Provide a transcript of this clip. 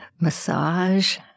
massage